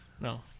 No